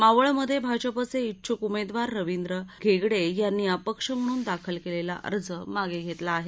मावळमधे भाजपाचे डुछुक उमेदवार रविंद्र घेगडे यांनी अपक्ष म्हणून दाखल केलेला अर्ज मागे घेतला आहे